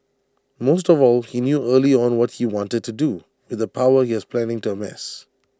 most of all he knew early on what he wanted to do with the power he was planning to amass